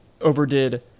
overdid